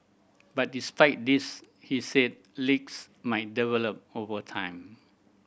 but despite this he said leaks might develop over time